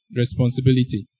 responsibility